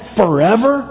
forever